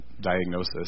diagnosis